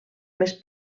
més